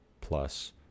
plus